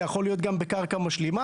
זה יכול להיות גם בקרקע משלימה,